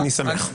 אני שמח.